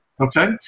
Okay